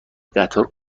قطار